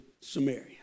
Samaria